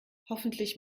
hoffentlich